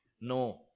no